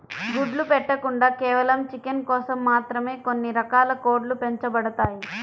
గుడ్లు పెట్టకుండా కేవలం చికెన్ కోసం మాత్రమే కొన్ని రకాల కోడ్లు పెంచబడతాయి